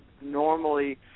normally